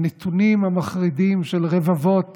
הנתונים המחרידים של רבבות